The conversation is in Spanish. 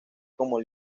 como